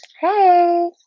Hey